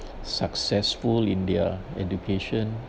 successful in their education